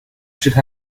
should